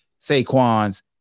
Saquon's